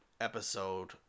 episode